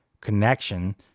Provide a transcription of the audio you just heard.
connection